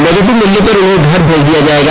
negative मिलने पर उन्हें घर भेजा जाएगा